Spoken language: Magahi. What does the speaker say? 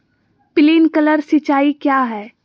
प्रिंक्लर सिंचाई क्या है?